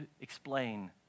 explain